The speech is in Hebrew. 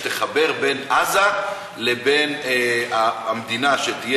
שתחבר בין עזה לבין המדינה שתהיה,